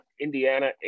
Indiana